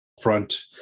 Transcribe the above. front